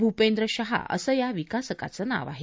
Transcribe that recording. भुपेंद्र शहा असं या विकासकाचं नाव आहे